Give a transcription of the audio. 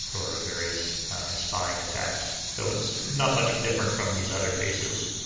or a various spying attacks. so it's not much different from these other cases.